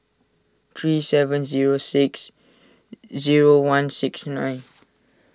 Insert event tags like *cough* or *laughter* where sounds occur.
three seven zero six zero one six nine *noise*